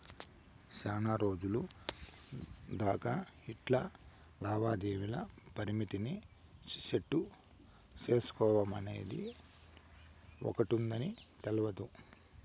సేనారోజులు దాకా ఇట్లా లావాదేవీల పరిమితిని సెట్టు సేసుకోడమనేది ఒకటుందని తెల్వదు